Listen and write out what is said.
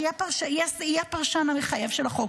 שהיא הפרשן המחייב של החוק,